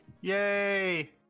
yay